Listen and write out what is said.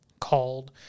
called